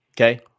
Okay